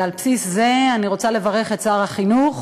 ועל בסיס זה אני רוצה לברך את שר החינוך,